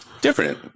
different